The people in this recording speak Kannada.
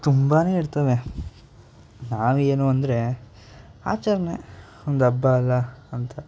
ತುಂಬಾ ಇರ್ತವೆ ನಾವು ಏನು ಅಂದರೆ ಆಚರಣೆ ಒಂದು ಹಬ್ಬ ಅಲ್ಲ ಅಂತ